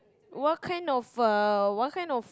what kind of uh what kind of